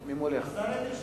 מולך.